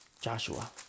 Joshua